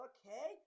Okay